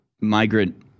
migrant